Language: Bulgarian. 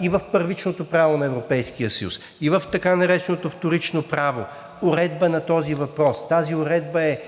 и в първичното право на Европейския съюз, и в така нареченото вторично право уредба на този въпрос. Тази уредба е